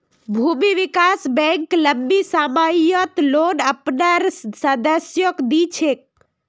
भूमि विकास बैंक लम्बी सम्ययोत लोन अपनार सदस्यक दी छेक